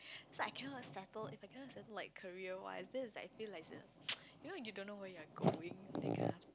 so I cannot settle if I cannot settle like career wise then is like I feel like the you know you don't know where you are going that kind